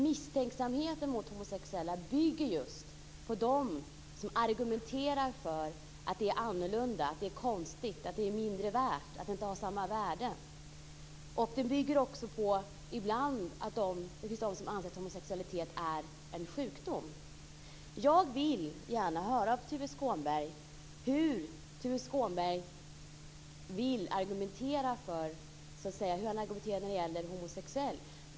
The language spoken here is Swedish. Misstänksamheten mot homosexuella bygger just på att det finns de som argumenterar för att det är annorlunda, konstigt och inte har samma värde. Den bygger också på att det finns de som anser att homosexualitet är en sjukdom. Jag vill gärna höra av Tuve Skånberg hur han vill argumentera när det gäller homosexuella.